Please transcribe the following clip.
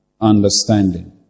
understanding